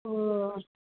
ഓ